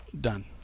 done